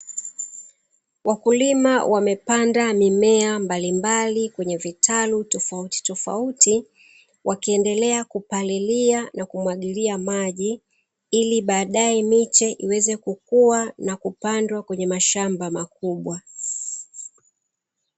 Wakulima wamepanda mimea mbalimbali kwenye vitalu tofautitofauti wakiendelea kupalilia na kumwagilia maji, ili badae miche iweze kukuwa na kupandwa kwenye mashamba makubwa.